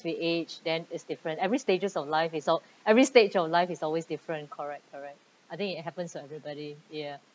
we age then it's different every stages of life is al~ every stage of life is always different correct correct I think it happens to everybody ya